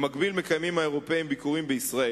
במקביל, מקיימים האירופים ביקורים בישראל.